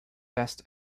best